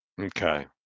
Okay